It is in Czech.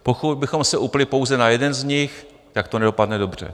Pokud bychom se upnuli pouze na jeden z nich, tak to nedopadne dobře.